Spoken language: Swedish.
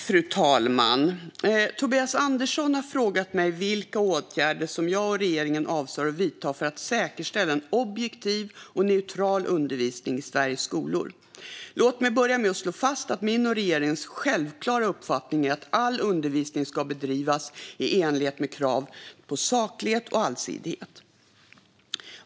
Fru talman! Tobias Andersson har frågat mig vilka åtgärder jag och regeringen avser att vidta för att säkerställa en objektiv och neutral undervisning i Sveriges skolor. Låt mig börja med att slå fast att min och regeringens självklara uppfattning är att all undervisning ska bedrivas i enlighet med kravet på saklighet och allsidighet.